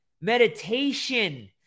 meditation